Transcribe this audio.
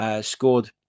scored